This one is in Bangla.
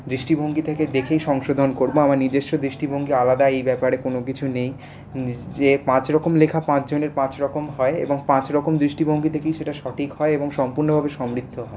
দৃষ্টিভঙ্গি থেকে দেখেই সংশোধন করবো আমার নিজেস্ব দৃষ্টিভঙ্গি আলাদা এই ব্যাপারে কোনো কিছু নেই যে পাঁচরকম লেখা পাঁচজনের পাঁচরকম হয় এবং পাঁচরকম দৃষ্টিভঙ্গি থেকেই সেটা সঠিক হয় এবং সম্পূর্ণভাবে সমৃদ্ধ হয়